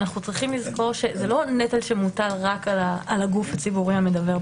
אנחנו צריכים לזכור שזה לא נטל שמוטל רק על הגוף הציבורי המדוור.